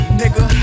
nigga